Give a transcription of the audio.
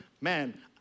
Man